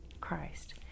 Christ